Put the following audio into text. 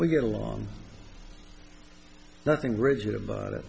we get along nothing rigid about it